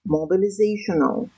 mobilizational